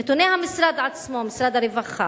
נתוני המשרד עצמו, משרד הרווחה,